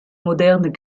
moderne